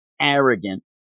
arrogant